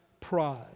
Pride